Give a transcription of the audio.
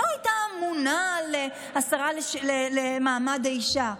היא לא הייתה אמונה על המשרד למעמד האישה,